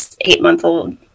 eight-month-old